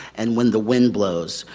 and when the wind blows.